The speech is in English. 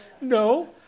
No